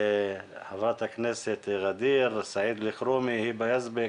לחברת הכנסת ע'דיר, סעיד אלחרומי, היבה יזבק,